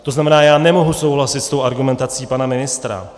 To znamená, já nemohu souhlasit s tou argumentací pana ministra.